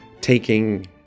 taking